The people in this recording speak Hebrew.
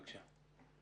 בבקשה.